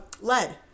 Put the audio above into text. lead